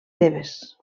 tebes